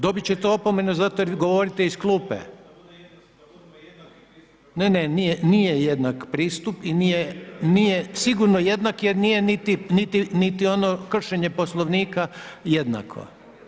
Dobit ćete opomenu zato jer vi govorite iz klupe. … [[Upadica se ne čuje]] Ne, ne nije jednak pristup i nije, nije sigurno jednak jer nije niti ono kršenje Poslovnika jednako.